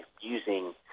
using